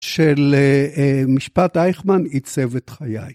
של משפט אייכמן היא צוות חיי.